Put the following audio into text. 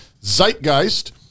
Zeitgeist